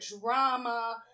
drama